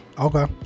okay